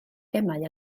gemau